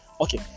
okay